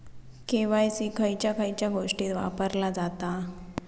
KYC खयच्या खयच्या गोष्टीत वापरला जाता?